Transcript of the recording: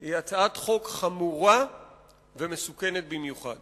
היא הצעת חוק חמורה ומסוכנת במיוחד,